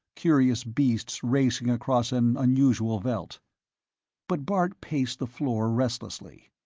curious beasts racing across an unusual veldt but bart paced the floor restlessly.